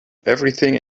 everything